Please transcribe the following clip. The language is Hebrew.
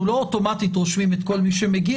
אנחנו לא אוטומטית רושמים את כל מי שמגיע.